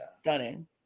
Stunning